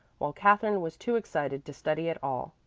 while katherine was too excited to study at all,